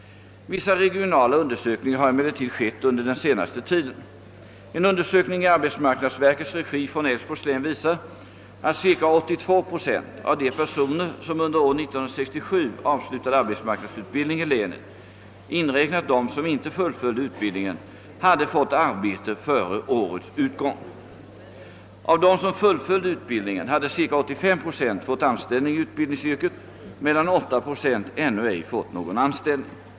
Vissa regionala undersökningar har emellertid skett under den senaste tiden. En undersökning i arbetsmarknadsverkets regi från Älvsborgs län visar att cirka 82 procent av de personer som under år 1967 avslutade arbetismarknadsutbildning i länet — inräknat dem som inte fullföljde utbildningen — hade fått arbete före årets utgång. Av dem som fullföljde utbildningen hade cirka 85 procent fått anställning i utbildningsyrket, medan cirka 8 procent ännu ej fått någon anställning.